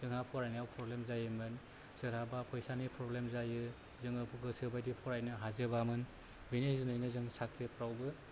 जोंहा फरायनायाव प्रब्लेम जायोमोन सोरहाबा फैसानि प्रब्लेम जायो जोङो गोसो बायदि फरायनो हाजोबामोन बेनि जुनैनो जों साख्रिफ्रावबो